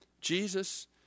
Jesus